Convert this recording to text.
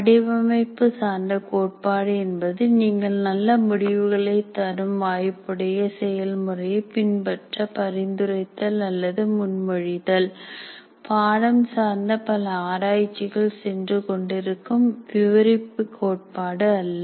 வடிவமைப்பு சார்ந்த கோட்பாடு என்பது நீங்கள் நல்ல முடிவுகளை தரும் வாய்ப்புடைய செயல்முறையை பின்பற்ற பரிந்துரைத்தல் அல்லது முன்மொழிதல் பாடம் சார்ந்த பல ஆராய்ச்சிகள் சென்று கொண்டிருக்கும் விவரிப்பு கோட்பாடு அல்ல